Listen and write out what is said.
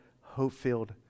hope-filled